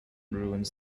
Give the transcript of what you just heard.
ruins